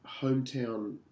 hometown